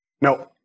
No